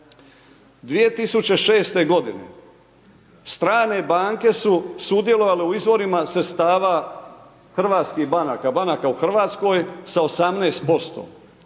2006. godine strane banke su sudjelovale u izvorima sredstava hrvatskih banaka, banaka u hrvatskoj sa 18%.